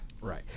Right